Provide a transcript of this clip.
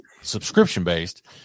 subscription-based